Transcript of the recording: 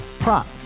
Prop